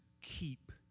keep